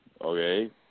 okay